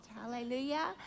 hallelujah